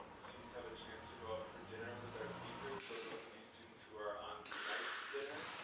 and students have a chance to go out for dinner with our speakers. so those of you students who are on tonight's dinner,